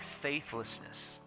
faithlessness